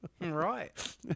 right